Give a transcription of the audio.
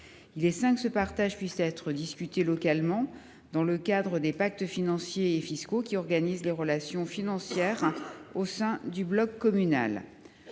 Il est sain qu’il puisse être discuté localement dans le cadre des pactes financiers et fiscaux, qui organisent les relations financières au sein du bloc communal.